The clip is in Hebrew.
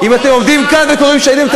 אם אתם עומדים כאן וקוראים "שהידים",